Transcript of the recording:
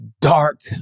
dark